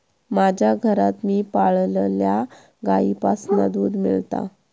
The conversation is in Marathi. माज्या घरात मी पाळलल्या गाईंपासना दूध मेळता